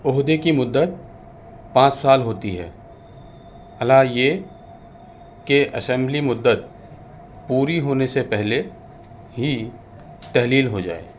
عہدے کی مدت پانچ سال ہوتی ہے الا یہ کہ اسمبلی مدت پوری ہونے سے پہلے ہی تحلیل ہو جائے